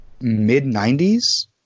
mid-90s